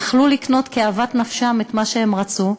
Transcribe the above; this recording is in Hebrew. הם יכלו לקנות כאוות נפשם את מה שהם רצו,